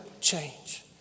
change